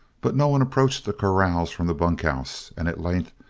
but no one approached the corrals from the bunkhouse, and at length,